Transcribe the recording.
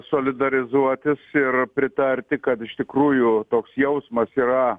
solidarizuotis ir pritarti kad iš tikrųjų toks jausmas yra